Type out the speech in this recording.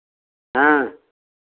हाँ